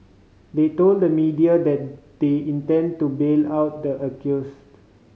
they told the media that they intend to bail out the accused